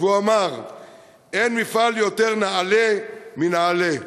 "אין מפעל יותר נעלה מנעל"ה".